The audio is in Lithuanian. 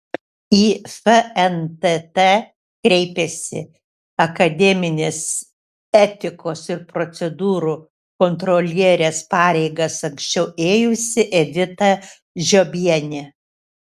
į fntt kreipėsi akademinės etikos ir procedūrų kontrolierės pareigas anksčiau ėjusi edita žiobienė